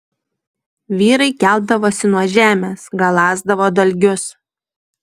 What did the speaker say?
vyrai keldavosi nuo žemės galąsdavo dalgius